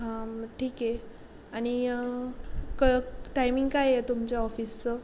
हां मग ठीक आहे आणि क टायमिंग काय आहे तुमच्या ऑफिसचं